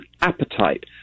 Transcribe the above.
appetite